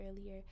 earlier